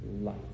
life